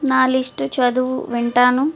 నా లిస్టు చదువు వింటాను